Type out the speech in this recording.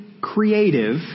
creative